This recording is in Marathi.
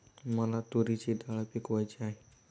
मला तूरीची डाळ पिकवायची आहे